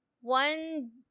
One